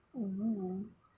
oh